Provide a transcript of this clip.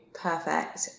perfect